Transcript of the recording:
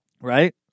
Right